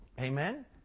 Amen